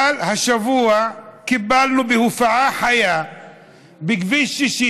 אבל השבוע קיבלנו בהופעה חיה בכביש 60